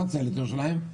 לפצל את ירושלים,